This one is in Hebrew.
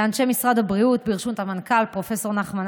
לאנשי משרד הבריאות בראשות המנכ"ל פרופ' נחמן